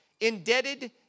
indebted